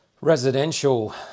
residential